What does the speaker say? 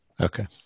Okay